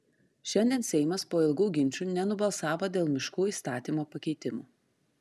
šiandien seimas po ilgų ginčų nenubalsavo dėl miškų įstatymo pakeitimų